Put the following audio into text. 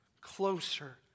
closer